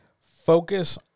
Focus